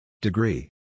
Degree